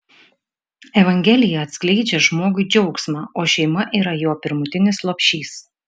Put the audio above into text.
evangelija atskleidžia žmogui džiaugsmą o šeima yra jo pirmutinis lopšys